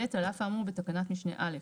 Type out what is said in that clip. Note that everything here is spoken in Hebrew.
(ב) על עף האמור בתקנת משנה (א),